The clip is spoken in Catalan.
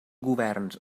governs